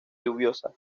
lluviosa